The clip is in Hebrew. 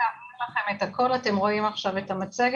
אני צריכה שתאפשרו לי את הזזת המצגת.